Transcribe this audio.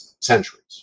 centuries